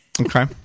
Okay